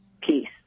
peace